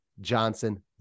Johnson